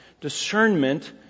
discernment